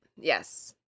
Yes